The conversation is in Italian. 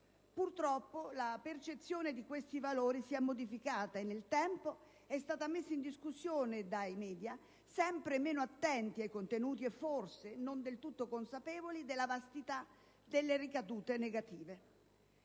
Purtroppo, la percezione di questi valori si è modificata nel tempo ed è stata messa in discussione dai *media*, sempre meno attenti ai contenuti, e forse non del tutto consapevoli della vastità delle ricadute negative.